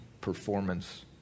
performance